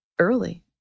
early